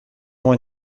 m’ont